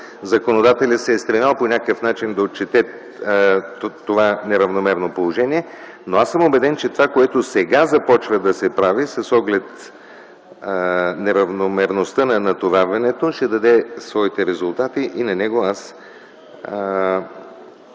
законодателят се е стремял по някакъв начин да отчете това неравномерно положение. Но аз съм убеден, че това, което сега започва да се прави с оглед неравномерността на натоварването, ще даде своите резултати и по него аз